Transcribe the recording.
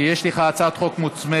כי יש לך הצעת חוק מוצמדת,